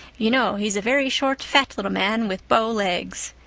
you know he's a very short, fat little man with bow legs.